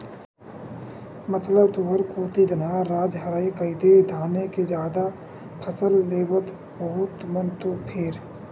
मतलब तुंहर कोती धनहा राज हरय कहिदे धाने के जादा फसल लेवत होहू तुमन तो फेर?